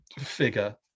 figure